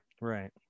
right